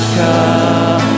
come